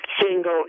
single